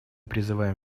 призываем